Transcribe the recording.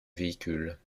véhicules